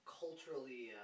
culturally